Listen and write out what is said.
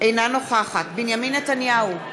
- אינה נוכחת בנימין נתניהו,